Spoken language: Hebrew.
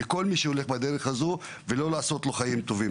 לכל מי שהולך בדרך הזו ולא לעשות לו חיים טובים.